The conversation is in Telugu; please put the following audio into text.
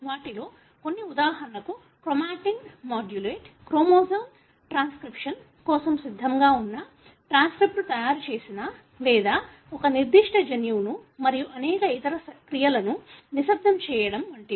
వాటిలో కొన్ని ఉదాహరణకు క్రోమాటిన్ మాడ్యులేట్ క్రోమోజోమ్ ట్రాన్స్క్రిప్షన్ కోసం సిద్ధంగా ఉన్నా ట్రాన్స్క్రిప్ట్ తయారు చేసినా లేదా ఒక నిర్దిష్ట జన్యువును మరియు అనేక ఇతర క్రియలను నిశ్శబ్దం చేయడం వంటివి